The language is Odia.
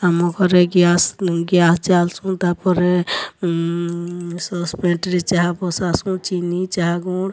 ଆମ ଘରେ ଗ୍ୟାସ୍ ଗ୍ୟାସ୍ ଜାଲ୍ସୁଁ ତାପରେ ସସ୍ପେଟ୍ରେ ଚାହା ବସାସୁଁ ଚିନି ଚାହା ଗୁଣ୍